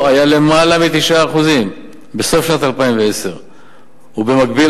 היה למעלה מ-9% בסוף שנת 2010. ובמקביל,